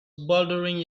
bouldering